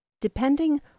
Depending